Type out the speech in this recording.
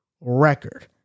record